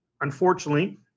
unfortunately